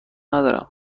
ندارم